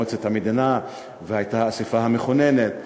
והייתה האספה המכוננת,